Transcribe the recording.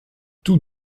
tout